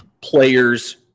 players